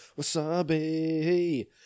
Wasabi